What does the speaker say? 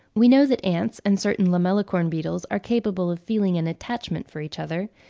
we know that ants and certain lamellicorn beetles are capable of feeling an attachment for each other,